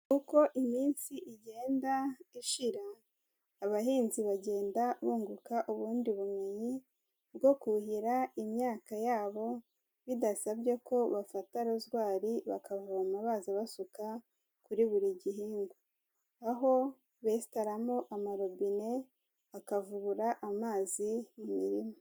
Uko iminsi igenda ishira, abahinzi bagenda bunguka ubundi bumenyi bwo kuhira imyaka yabo, bidasabye ko bafata rozwari bakavoma baza basuka kuri buri gihingwa, aho besitaramo amarobine, akavubura amazi mu mirima.